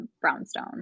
brownstone